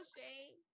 shame